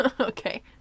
Okay